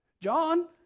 John